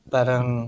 Parang